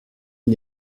n’y